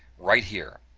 right here,